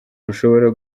ushobora